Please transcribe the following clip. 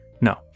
No